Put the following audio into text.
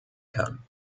kann